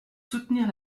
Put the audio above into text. soutenir